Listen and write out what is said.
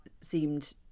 seemed